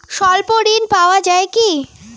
স্বল্প ঋণ পাওয়া য়ায় কি?